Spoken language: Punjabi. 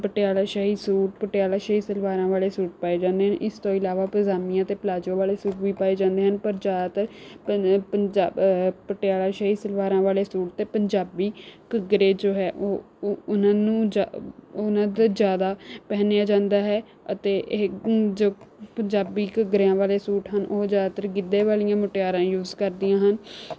ਪਟਿਆਲਾ ਸ਼ਾਹੀ ਸੂਟ ਪਟਿਆਲਾ ਸ਼ਾਹੀ ਸਲਵਾਰਾਂ ਵਾਲੇ ਸੂਟ ਪਾਏ ਜਾਂਦੇ ਹਨ ਇਸ ਤੋਂ ਇਲਾਵਾ ਪਜਾਮੀਆਂ ਅਤੇ ਪਲਾਜ਼ੋ ਵਾਲੇ ਸੂਟ ਵੀ ਪਾਏ ਜਾਂਦੇ ਹਨ ਪਰ ਜ਼ਿਆਦਾਤਰ ਪੰਜ ਪੰਜਾ ਪਟਿਆਲਾ ਸ਼ਾਹੀ ਸਲਵਾਰਾਂ ਵਾਲੇ ਸੂਟ ਅਤੇ ਪੰਜਾਬੀ ਘੱਗਰੇ ਜੋ ਹੈ ਉਹ ਉਹ ਉਹਨਾਂ ਨੂੰ ਜਾ ਉਨ੍ਹਾਂ ਦਾ ਜ਼ਿਆਦਾ ਪਹਿਨਿਆ ਜਾਂਦਾ ਹੈ ਅਤੇ ਇਹ ਜੋ ਪੰਜਾਬੀ ਘੱਗਰਿਆਂ ਵਾਲੇ ਸੂਟ ਹਨ ਉਹ ਜ਼ਿਆਦਾਤਰ ਗਿੱਧੇ ਵਾਲੀਆਂ ਮੁਟਿਆਰਾਂ ਯੂਸ ਕਰਦੀਆਂ ਹਨ